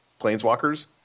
Planeswalkers